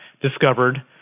discovered